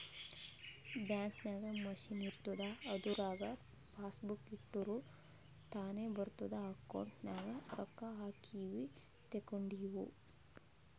bank ನಾಗ್ machine ಇರ್ತುದ್ ಅದುರಾಗ್ ಪಾಸಬುಕ್ ಇಟ್ಟುರ್ ತಾನೇ ಬರಿತುದ್ ಅಕೌಂಟ್ ನಾಗ್ ರೊಕ್ಕಾ ಹಾಕಿವು ತೇಕೊಂಡಿವು